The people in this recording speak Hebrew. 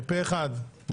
הצבעה אושר.